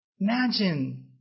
Imagine